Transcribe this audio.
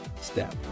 step